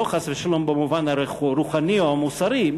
לא חס ושלום במובן הרוחני או המוסרי,